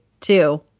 two